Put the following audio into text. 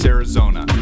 Arizona